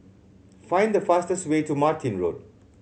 find the fastest way to Martin Road